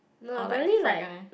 or like fried one